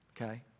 okay